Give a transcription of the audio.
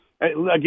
again